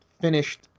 finished